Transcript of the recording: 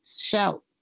shout